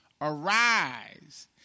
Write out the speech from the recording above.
arise